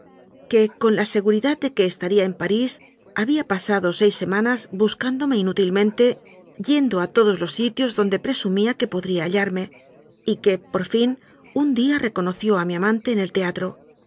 que con la seguridad de que estaría en parís había pasado seis semanas buscándome inútilmen te yendo a todos los sitios donde presumía que podría hallarme y que por fin un día reconoció a mi amante en el teatro